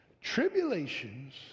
tribulations